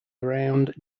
around